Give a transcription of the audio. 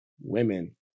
women